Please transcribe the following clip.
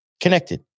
connected